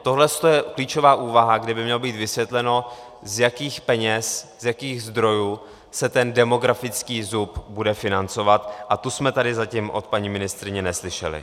Tohle je klíčová úvaha, kde by mělo být vysvětleno, z jakých peněz, z jakých zdrojů se ten demografický zub bude financovat, a to jsme tady zatím od paní ministryně neslyšeli.